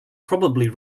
probably